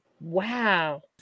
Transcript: wow